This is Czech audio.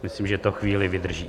Myslím, že to chvíli vydrží.